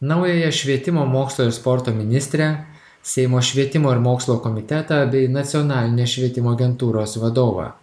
naująją švietimo mokslo ir sporto ministrę seimo švietimo ir mokslo komitetą bei nacionalinės švietimo agentūros vadovą